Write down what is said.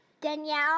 Danielle